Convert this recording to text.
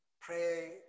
Pray